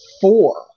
four